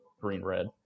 green-red